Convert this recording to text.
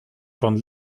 von